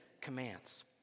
commands